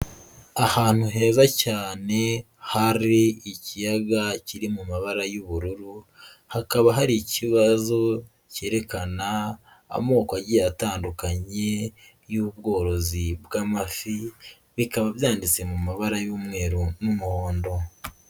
Ahantu heza cyane hari ikiyaga kiri mu mabara y'ubururu hakaba hari ikibazo cyerekana amoko ajyiye atandukanye y'ubworozi bw'amafi bikaba byanditse mu mabara y'umweru n'umuhondo.